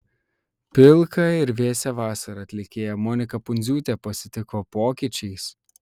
pilką ir vėsią vasarą atlikėja monika pundziūtė pasitiko pokyčiais